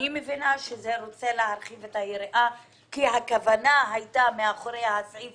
אני מבינה שזה בא להרחיב את היריעה כי הכוונה הייתה מאחורי הסעיף